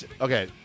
okay